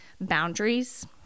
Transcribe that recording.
boundaries